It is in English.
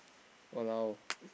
!walao!